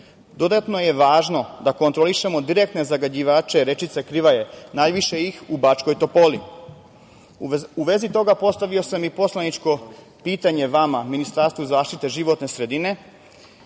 njiva. Dodatno je važno da kontrolišemo direktne zagađivaće rečice Krivaje. Najviše ih je u Bačkoj Topoli. U vezi toga postavio sam i poslaničko pitanje vama Ministarstvu zaštite životne sredine,